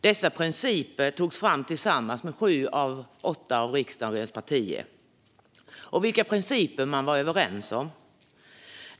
Dessa principer togs fram tillsammans med sju av riksdagens åtta partier, och man var överens om dem.